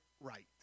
right